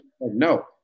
no